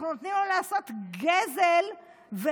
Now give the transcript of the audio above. אנחנו נותנים לו לעשות גזל, תודה.